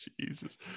jesus